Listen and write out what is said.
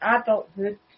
adulthood